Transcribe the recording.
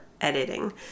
editing